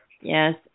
Yes